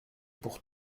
pour